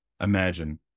Imagine